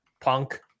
Punk